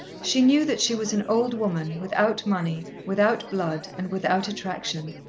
she knew that she was an old woman, without money, without blood, and without attraction,